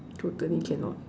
totally cannot